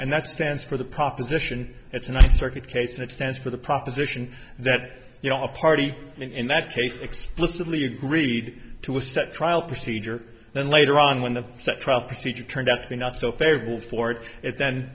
and that stands for the proposition it's a nice circuit case and it stands for the proposition that you know a party in that case explicitly agreed to a set trial procedure then later on when the set trial procedure turned out to be not so favorable for it it then